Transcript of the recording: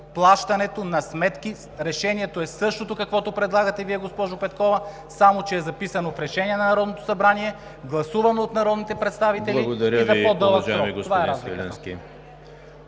плащането на сметки. Решението е същото, каквото предлагате Вие, госпожо Петкова, само че е записано в Решение на Народното събрание, гласувано от народните представители и за по-дълъг срок.